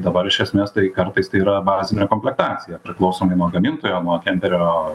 dabar iš esmės tai kartais tai yra bazinė komplektacija priklausomai nuo gamintojo nuo kemperio